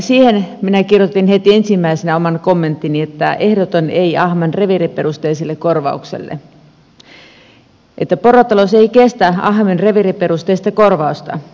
siihen minä kirjoitin heti ensimmäisenä oman kommenttini että ehdoton ei ahman reviiriperusteiselle korvaukselle porotalous ei kestä ahman reviiriperusteista korvausta